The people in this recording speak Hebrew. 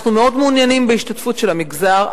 אנחנו מאוד מעוניינים בהשתתפות של המגזר.